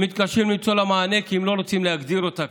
הם מתקשים למצוא לה מענה כי הם לא רוצים להגדיר אותה,